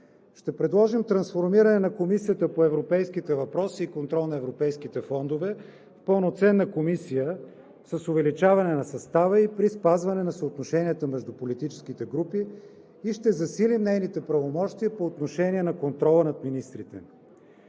Ще предложим трансформиране на Комисията по европейските въпроси и контрол на европейските фондове в пълноценна Комисия с увеличаване на състава ѝ при спазване на съотношенията между политическите групи. Ще засилим нейните правомощия по отношение на контрола над министрите.